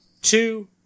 two